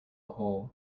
hole